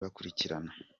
bakurikirana